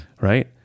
Right